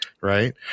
Right